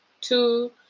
two